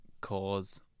cause